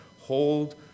Hold